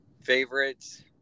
favorites